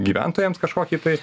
gyventojams kažkokį tai